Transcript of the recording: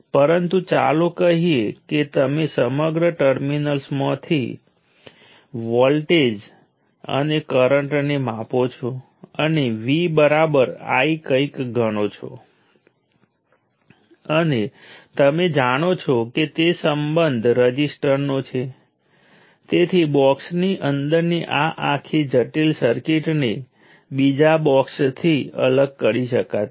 પરંતુ હમણાં માટે હું બધા N ટર્મિનલ્સના વોલ્ટેજને કેટલાક રેફરન્સના રેફરન્સમાં અને તમામ N ટર્મિનલમાં જતા કરંન્ટસ ઉપર પણ વિચાર કરું છું